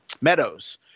Meadows